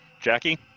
Jackie